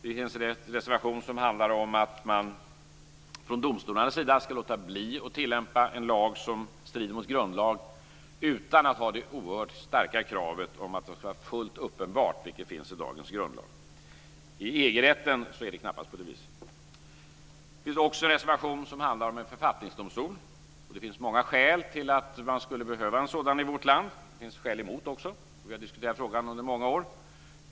En reservation handlar om att man från domstolarnas sida skall låta bli att tillämpa en lag som strider mot grundlag utan att ha det oerhört starka kravet om att det skall vara fullt uppenbart, vilket finns i dagens grundlag. I EG-rätten är det knappast på det viset. Det finns också en reservation som handlar om en författningsdomstol. Det finns många skäl till att man skulle behöva en sådan i vårt land - det finns skäl emot också. Vi har diskuterat frågan i många år.